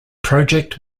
project